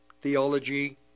theology